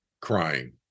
crying